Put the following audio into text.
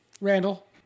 randall